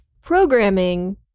programming